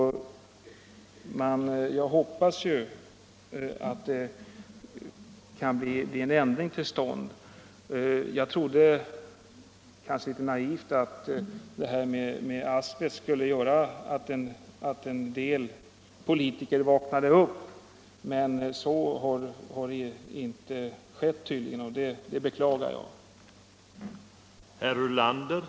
Jag hoppas att en ändring kommer till stånd. Jag trodde ganska naivt att detta med asbest skulle medföra att en del politiker vaknade upp, men så har tydligen inte skett.